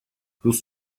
rus